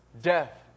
Death